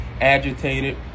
agitated